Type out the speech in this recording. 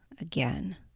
again